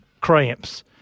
cramps